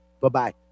Bye-bye